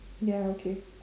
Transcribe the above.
ya okay